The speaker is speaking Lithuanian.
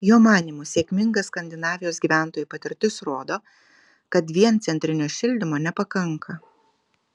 jo manymu sėkminga skandinavijos gyventojų patirtis rodo kad vien centrinio šildymo nepakanka